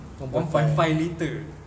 one point five litre